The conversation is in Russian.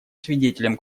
свидетелем